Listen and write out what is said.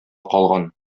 калган